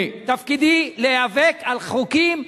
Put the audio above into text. תפקידי להיאבק על חוקים,